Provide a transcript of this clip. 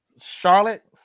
Charlotte